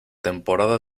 temporada